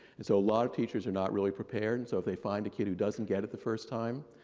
and so, a lot of teachers are not really prepared. so if they find a kid who doesn't get at the first time,